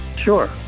Sure